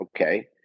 okay